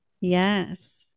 Yes